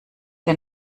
der